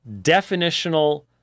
definitional